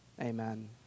Amen